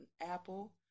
Apple